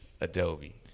Adobe